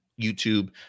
YouTube